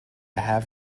have